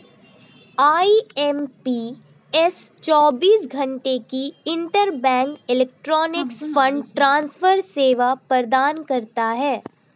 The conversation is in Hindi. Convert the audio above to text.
आई.एम.पी.एस चौबीस घंटे की इंटरबैंक इलेक्ट्रॉनिक फंड ट्रांसफर सेवा प्रदान करता है